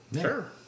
sure